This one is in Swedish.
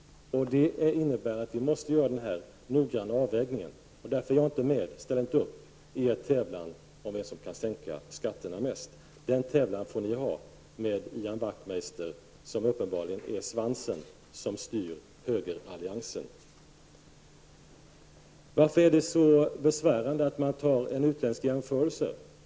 Det innebär att vi måste göra en noggrann avvägning. Jag ställer därför inte upp i er tävlan om vem som kan sänka skatterna mest. Den tävlingen får ni ha med Ian Wachtmeister, som uppenbarligen är svansen som styr högeralliansen. Varför är det så besvärande med en utländsk jämförelse?